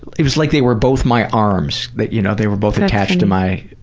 it was like they were both my arms that, you know, they were both attached to my